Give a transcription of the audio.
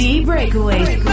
D-Breakaway